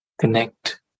connect